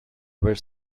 were